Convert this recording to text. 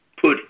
put